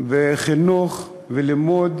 לחינוך ולימוד,